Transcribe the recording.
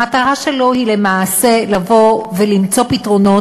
המטרה שלו היא למעשה לבוא ולמצוא פתרונות